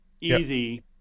easy